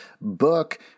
book